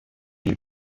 wie